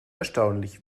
erstaunlich